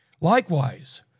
Likewise